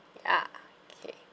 yeah okay